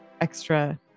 extra